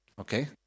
Okay